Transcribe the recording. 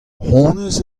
honnezh